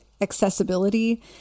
accessibility